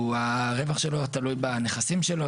הרווח שלו תלוי בנכסים שלו,